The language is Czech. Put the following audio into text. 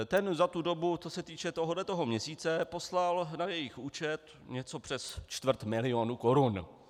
Ten za tu dobu, co se týče tohoto měsíce, poslal na jejich účet něco přes čtvrt milionu korun.